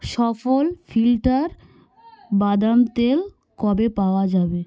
সফল ফিল্টার বাদাম তেল কবে পাওয়া যাবে